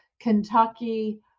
kentucky